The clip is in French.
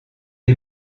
est